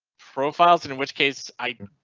profiles and in which case. i mean